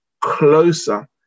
closer